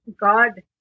God